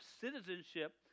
citizenship